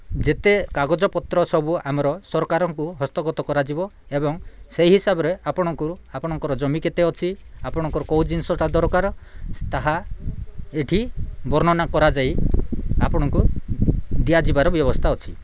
ଯେତେ କାଗଜପତ୍ର ସବୁ ଆମର ସରକାରଙ୍କୁ ହସ୍ତଗତ କରାଯିବ ଏବଂ ସେହି ହିସାବରେ ଆପଣଙ୍କୁ ଆପଣଙ୍କର ଜମି କେତେ ଅଛି ଆପଣଙ୍କର କେଉଁ ଜିନିଷଟା ଦରକାର ତାହା ଏଇଠି ବର୍ଣ୍ଣନା କରାଯାଇ ଆପଣଙ୍କୁ ଦିଆଯିବାର ବ୍ୟବସ୍ଥା ଅଛି